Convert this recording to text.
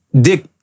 dick